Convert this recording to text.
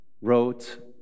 wrote